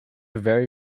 vary